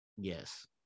Yes